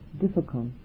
difficult